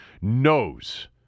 knows